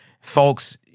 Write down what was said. folks